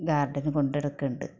garden കൊണ്ടുനടക്കുന്നുണ്ട്